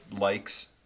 Likes